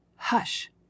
hush